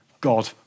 God